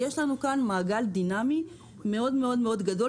יש לנו כאן מעגל דינמי גדול מאוד שדורש